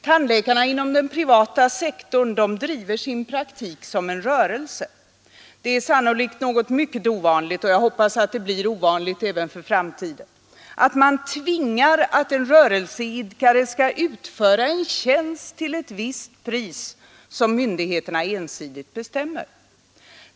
Tandläkarna inom den privata sektorn driver sin praktik som en rörelse. Det är sannolikt något mycket ovanligt — jag hoppas att det blir ovanligt även för framtiden — att man tvingar en rörelseidkare att utföra en tjänst till ett visst pris som myndigheterna ensidigt bestämmer.